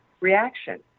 reaction